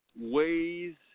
ways